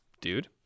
Dude